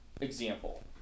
example